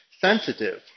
sensitive